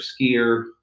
skier